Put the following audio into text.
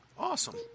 Awesome